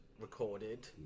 recorded